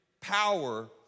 power